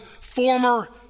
former